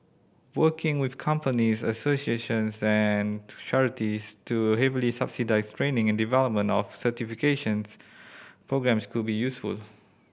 working with companies associations and charities to heavily subsidise training and development of certifications programmes could be useful